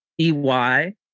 EY